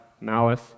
malice